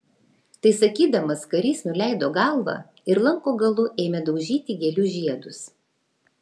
tai sakydamas karys nuleido galvą ir lanko galu ėmė daužyti gėlių žiedus